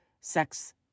sex